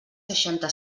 seixanta